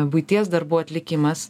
buities darbų atlikimas